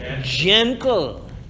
gentle